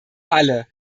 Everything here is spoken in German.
alle